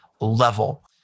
level